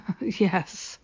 Yes